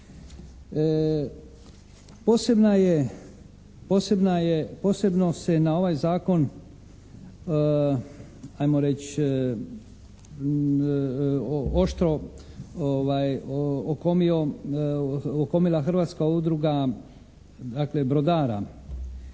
Posebno se na ovaj zakon ajmo reći oštro okomila Hrvatska udruga dakle